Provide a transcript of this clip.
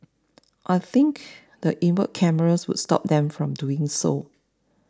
I think the inward cameras would stop them from doing so